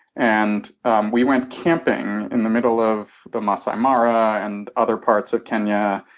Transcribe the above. and we went camping in the middle of the maasai mara and other parts of kenya,